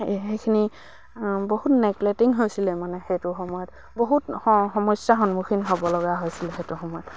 সেইখিনি বহুত নেকলেটিং হৈছিলে মানে সেইটো সময়ত বহুত সমস্যাৰ সন্মুখীন হ'ব লগা হৈছিলে সেইটো সময়ত